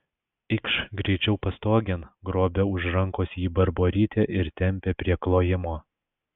eikš greičiau pastogėn grobia už rankos jį barborytė ir tempia prie klojimo